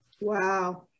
Wow